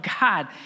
God